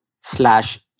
slash